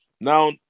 Now